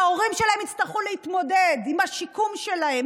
וההורים שלהם יצטרכו להתמודד עם השיקום שלהם,